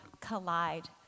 collide